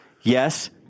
Yes